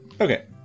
Okay